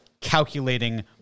calculating